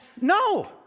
no